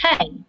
hey